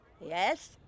Yes